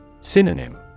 Synonym